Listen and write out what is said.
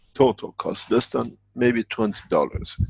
total cost, less than, maybe twenty dollars.